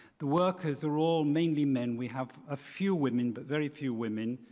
the workers are all mainly men. we have a few women, but very few women.